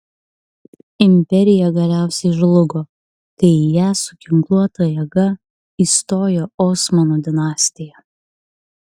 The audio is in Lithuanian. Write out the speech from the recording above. imperija galiausiai žlugo kai į ją su ginkluota jėga įstojo osmanų dinastija